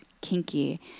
kinky